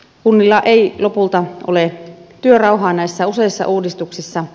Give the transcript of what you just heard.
kunnilla ei lopulta ole työrauhaa näissä useissa uudistuksissa